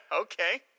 Okay